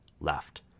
left